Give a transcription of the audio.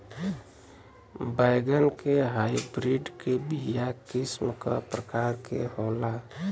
बैगन के हाइब्रिड के बीया किस्म क प्रकार के होला?